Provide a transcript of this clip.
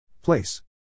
Place